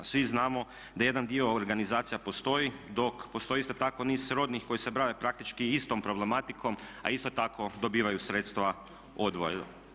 Svi znamo da jedan dio organizacija postoji, dok postoji isto tako niz rodnih koji se bave praktički istom problematikom, a isto tako dobivaju sredstva odvojeno.